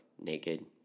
naked